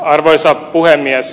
arvoisa puhemies